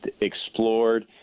explored